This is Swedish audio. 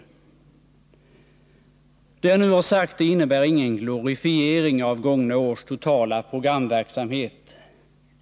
11 mars 1981 Detta är ingen glorifiering av gångna års totala programverksamhet.